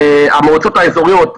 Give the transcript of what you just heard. המועצות האזוריות,